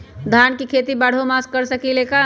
धान के खेती बारहों मास कर सकीले का?